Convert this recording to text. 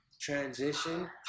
transition